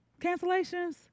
cancellations